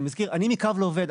אני מזכיר, אני מקו לעובד.